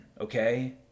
okay